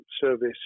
service